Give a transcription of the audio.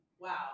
Wow